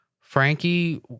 Frankie